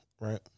right